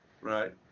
Right